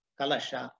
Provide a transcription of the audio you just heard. Kalasha